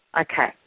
Okay